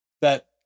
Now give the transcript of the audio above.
that-